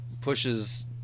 pushes